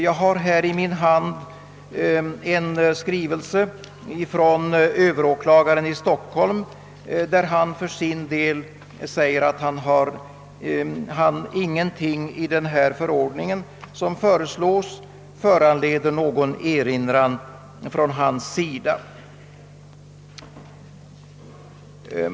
Jag har här i min hand en skrivelse från överåklagaren i Stockholm, där han för sin del säger, att ingenting i den förordning som föreslås föranleder någon erinran från hans sida.